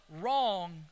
wrong